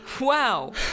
wow